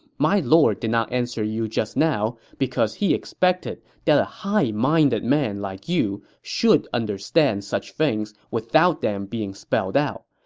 my lord did not answer you just now because he expected that a high-minded man like you should understand such things without them being spelled out.